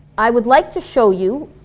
i would like to show you,